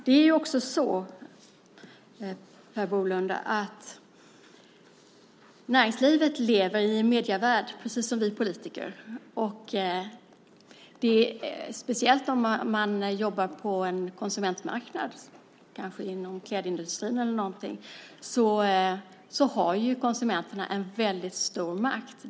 Det är också så, Per Bolund, att näringslivet lever i en medievärld precis som vi politiker. Speciellt på konsumentmarknaden, inom klädindustrin och liknande, har konsumenterna väldigt stor makt.